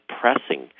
pressing